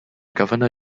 governor